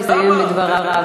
תן גם להם.